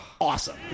awesome